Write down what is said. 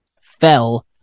fell